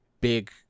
big